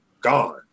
gone